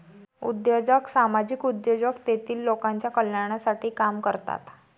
उद्योजक सामाजिक उद्योजक तेतील लोकांच्या कल्याणासाठी काम करतात